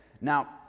Now